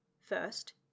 First